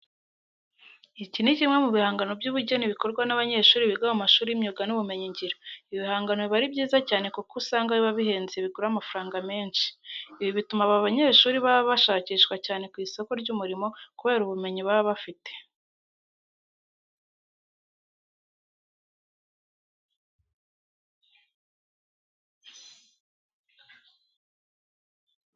Iki ni kimwe mu bihangano by'ubugeni bikorwa n'abanyeshuri biga mu mashuri y'imyuga n'ubumenyingiro. Ibi bigangano biba ari byiza cyane kuko usanga biba bihenze bigura amafaranga menshi. Ibi bituma aba banyeshuri baba bashakishwa cyane ku isoko ry'umurimo kubera ubumenyi baba bafite.